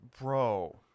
bro